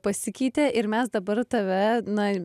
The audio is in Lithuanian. pasikeitė ir mes dabar tave na